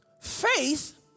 Faith